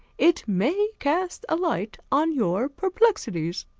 it may cast a light on your perplexities.